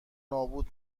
نابود